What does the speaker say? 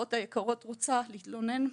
מהרופאות היקרות רוצה להתלונן?